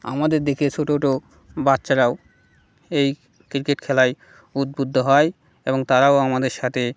আমাদের দেখে ছোটো ছোটো বাচ্চারাও এই ক্রিকেট খেলায় উদ্বুদ্ধ হয় এবং তারাও আমাদের সাথে